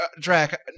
Drac